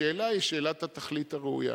השאלה היא שאלת התכלית הראויה.